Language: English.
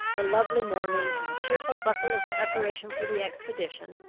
the lovely morning, and the cheerful bustle of preparation for the expedition,